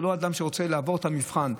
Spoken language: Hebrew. זה לא אדם שרוצה לעבור את המבחן.